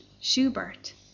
schubert